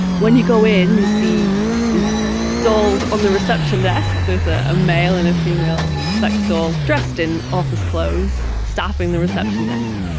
when you go in you see these dolls on the reception desk, there's ah a male and a female sex doll dressed in offers clothes, staffing the reception desk,